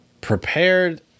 prepared